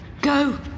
Go